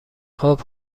خوب